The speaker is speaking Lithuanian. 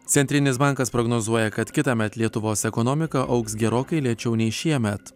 centrinis bankas prognozuoja kad kitąmet lietuvos ekonomika augs gerokai lėčiau nei šiemet